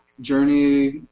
Journey